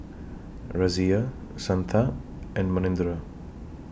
Razia Santha and Manindra